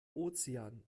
ozean